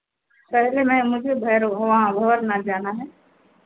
पहले मैं मुझे भैरवा वहाँ भवरनाथ जाना है